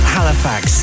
Halifax